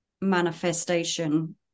manifestation